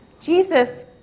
Jesus